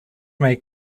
may